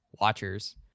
watchers